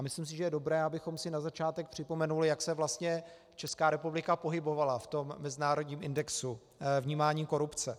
Myslím si, že je dobré, abychom si na začátek připomenuli, jak se vlastně Česká republika pohybovala v tom mezinárodním indexu vnímání korupce.